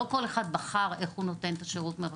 לא כל אחד בחר איך הוא נותן את השירות מרחוק,